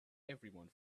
everyone